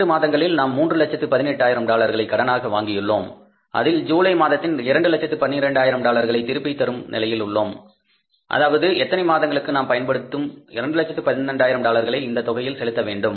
இரண்டு மாதங்களில் நாம் 318000 டாலர்களை கடனாக வாங்கியுள்ளோம் அதில் ஜூலை மாதத்தில் 212000 டாலர்களை திருப்பித் தரும் நிலையில் இருக்கிறோம் அதாவது எத்தனை மாதங்களுக்கு நாம் பயன்படுத்தும் 212000 டாலர்களை இந்த தொகையில் செலுத்த வேண்டும்